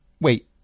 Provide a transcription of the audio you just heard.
Wait